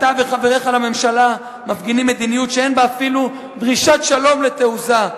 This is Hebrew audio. אתה וחבריך לממשלה מפגינים מדיניות שאין בה אפילו דרישת שלום לתעוזה.